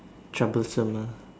troublesome ah